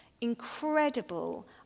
incredible